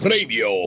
Radio